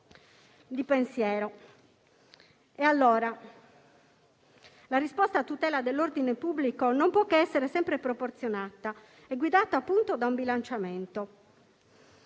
di pensiero. La risposta a tutela dell'ordine pubblico non può che essere sempre proporzionata e guidata da un bilanciamento.